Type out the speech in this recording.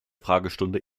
fragestunde